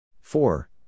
Four